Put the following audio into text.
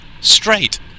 straight